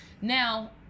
now